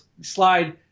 slide